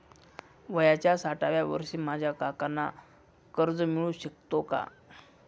वयाच्या साठाव्या वर्षी माझ्या काकांना कर्ज मिळू शकतो का?